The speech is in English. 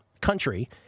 country